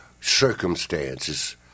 circumstances